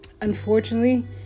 unfortunately